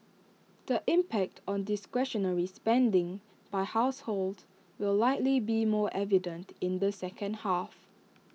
the impact on discretionary spending by households will likely be more evident in the second half